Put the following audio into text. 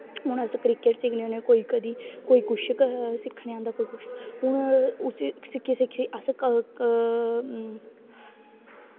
हून अस क्रिकेट सिक्खने होन्ने कोई कदें कोई किश सिक्खन औंदा कोई किश हून उसी सिक्खी सिक्खी असें